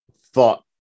thought